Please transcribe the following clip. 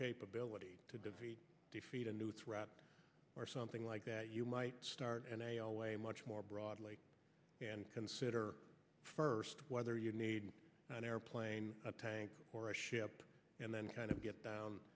capability to defeat a new threat or something like that you might start and they all way much more broadly and consider first whether you need an airplane a tank or a ship and then kind of get down